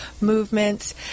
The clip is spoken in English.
movements